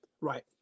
Right